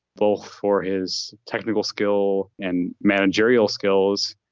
both for his technical skill and managerial skills,